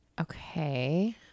Okay